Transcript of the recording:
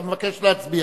אתה מבקש להצביע.